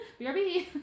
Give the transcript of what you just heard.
BRB